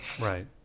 Right